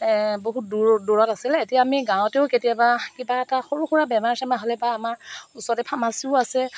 বহুত দূৰ দূৰত আছিলে এতিয়া আমি গাঁৱটো কেতিয়াবা কিবা এটা সৰু সুৰা বেমাৰ চেমাৰ হ'লে বা আমাৰ ওচৰতে ফাৰ্মাচিও আছে